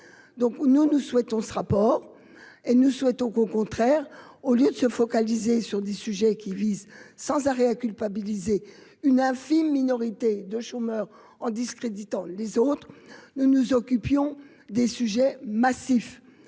nous ne souhaitons ce rapport et nous souhaitons qu'au contraire, au lieu de se focaliser sur des sujets qui vise sans arrêt à culpabiliser une infime minorité de chômeurs en discréditant les autres nous nous occupions des sujets massif,